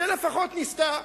שלפחות ניסתה,